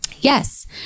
Yes